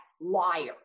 liar